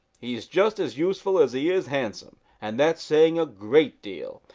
he's just as useful as he is handsome, and that's saying a great deal.